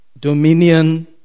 dominion